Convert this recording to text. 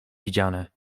widziane